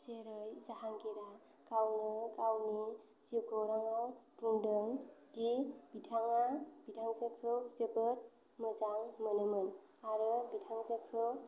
जेरै जाहांगीरा गावनो गावनि जिउखौराङाव बुंदों दि बिथाङा बिथांजोखौ जोबोद मोजां मोनोमोन आरो बिथांजोखौ गावनि राजा जानाय सानफोराव राजायारि हरमआव गावनि गाहाय बिसि महरै मुं होदोंमोन